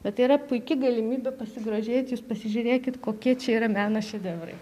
bet yra puiki galimybė pasigrožėti jūs pasižiūrėkit kokie čia yra meno šedevrai